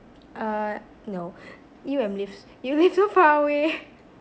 uh no you and lives you live too far away